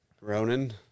Ronan